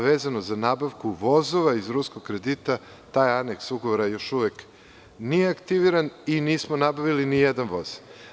Vezano za nabavku vozova iz ruskog kredita, taj aneks ugovora još uvek nije aktiviran i nismo nabavili ni jedan voz.